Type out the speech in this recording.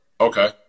Okay